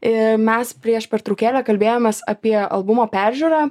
ir mes prieš pertraukėlę kalbėjomės apie albumo peržiūrą